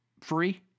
free